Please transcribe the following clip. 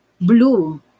blue